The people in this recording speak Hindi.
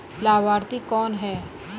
लाभार्थी कौन है?